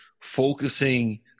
focusing